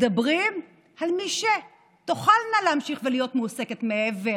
מדבר על מי שתוכלנה להמשיך ולהיות מועסקות מעבר